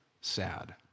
sad